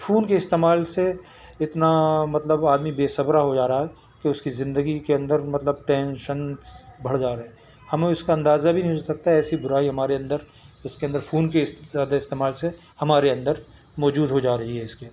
phone کے استعمال سے اتنا مطلب آدمی بے صبر ہو جا رہا ہے کہ اس کی زندگی کے اندر مطلب ٹینشنس بڑھ جا رہے ہیں ہمیں اس کا اندازہ بھی نہیں ہو سکتا ایسی برائی ہمارے اندر اس کے اندر فون کے زیادہ استعمال سے ہمارے اندر موجود ہو جا رہی ہے اس کے